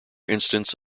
instance